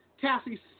Cassie